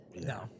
No